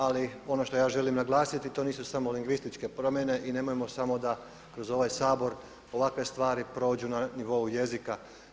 Ali ono što ja želim naglasiti to nisu samo lingvističke promjene i nemojmo samo da kroz ovaj Sabor ovakve stvari prođu na nivou jezika.